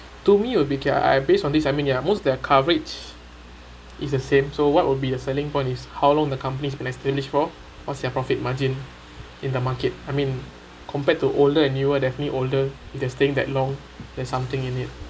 to me it would be okay lah I based on this I mean ya most their coverage is the same so what would be a selling point is how long the company's been established for what's their profit margin in the market I mean compared to older and newer definitely older they staying that long there's something in it